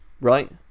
Right